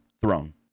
Throne